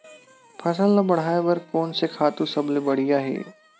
फसल ला बढ़ाए बर कोन से खातु सबले बढ़िया हे?